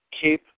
keep